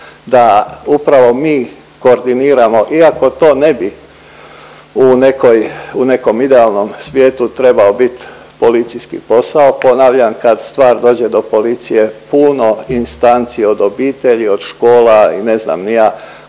da upravo mi koordiniramo iako to ne bi u nekoj, u nekom idealnom svijetu trebao biti policijski posao, ponavljam kad stvar dođe do policije puno instanci od obitelji od škola i ne znam ni ja